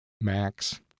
Max